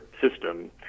system